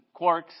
quarks